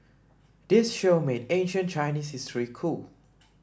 this show made ancient Chinese history cool